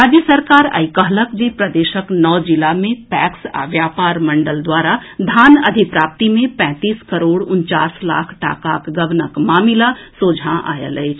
राज्य सरकार आई कहलक जे प्रदेशक नओ जिला मे पैक्स आ व्यापार मंडल द्वारा धान अधिप्राप्ति मे पैंतीस करोड़ उनचास लाख टाकाक गबनक मामिला सोझा आएल अछि